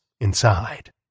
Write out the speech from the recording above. inside